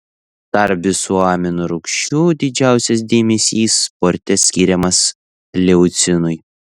tarp visų amino rūgščių didžiausias dėmesys sporte skiriamas leucinui